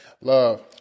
Love